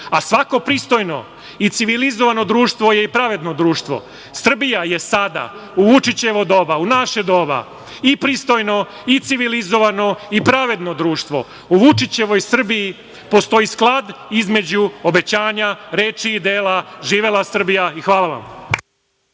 Svako pristojno i civilizovano društvo je i pravedno društvo. Srbija je sada, u Vučićevo doba, u naše doba, i pristojno, i civilizovano i pravedno društvo. U Vučićevoj Srbiji postoji sklad između obećanja reči i dela. Živela Srbija. Hvala vam.